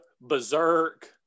Berserk